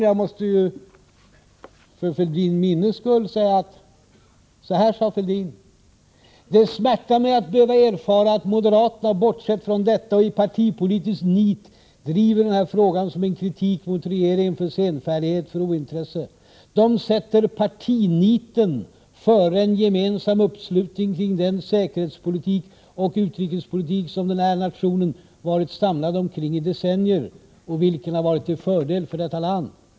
Jag måste för Fälldins minnes skull påminna om att Fälldin sade så här: Det smärtar mig att behöva erfara att moderaterna bortsett från detta och i partipolitiskt nit driver den här frågan som en kritik mot regeringen för senfärdighet, för ointresse. De sätter partinitet före en gemensam uppslutning kring den säkerhetspolitik och utrikespolitik som den här nationen varit samlad omkring i decennier och vilken har varit till fördel för detta land.